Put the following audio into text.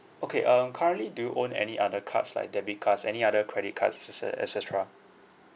okay um currently do you own any other cards like debit cards any other credit cards et cete~ et cetera